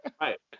right